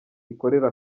ikorera